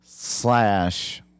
slash